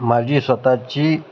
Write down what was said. माझी स्वतःची